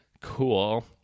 cool